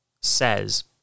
says